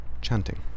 chanting